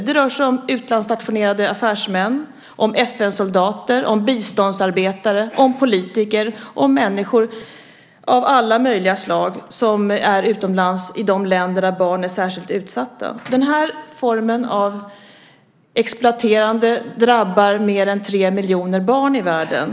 Det rör sig om utlandsstationerade affärsmän, om FN-soldater, om biståndsarbetare, om politiker, om människor av alla möjliga slag, som befinner sig i de länder där barn är särskilt utsatta. Den formen av exploatering drabbar mer än tre miljoner barn i världen.